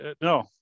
no